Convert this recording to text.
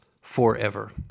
forever